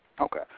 Okay